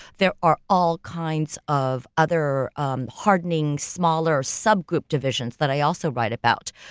there are all kinds of other um hardening, smaller subgroup divisions that i also write about.